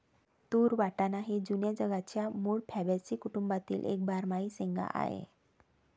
तूर वाटाणा हे जुन्या जगाच्या मूळ फॅबॅसी कुटुंबातील एक बारमाही शेंगा आहे